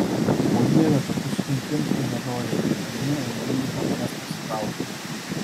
o dieve kad tu sunaikintumei nedorėlį ir anie engėjai nuo manęs pasitrauktų